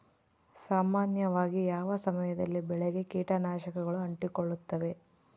ಸಾಮಾನ್ಯವಾಗಿ ಯಾವ ಸಮಯದಲ್ಲಿ ಬೆಳೆಗೆ ಕೇಟನಾಶಕಗಳು ಅಂಟಿಕೊಳ್ಳುತ್ತವೆ?